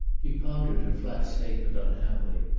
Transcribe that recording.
he pondered her flat statement unhappily,